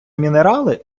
мінерали